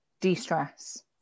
de-stress